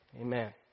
Amen